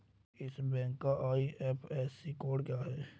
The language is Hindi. इस बैंक का आई.एफ.एस.सी कोड क्या है?